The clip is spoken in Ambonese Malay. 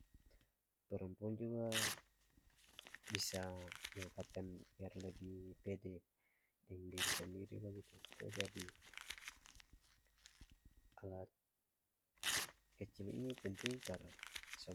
Perempuan juga bisa manfaatkan biar lebih pede deng diri sendiri bagitu to jadi alat kecil ini penting par sa.